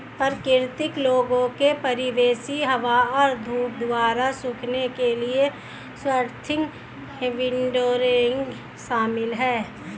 प्राकृतिक लोगों के परिवेशी हवा और धूप द्वारा सूखने के लिए स्वाथिंग विंडरोइंग शामिल है